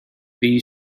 bee